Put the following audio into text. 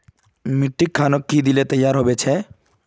मिट्टी खानोक की दिले तैयार होबे छै?